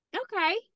okay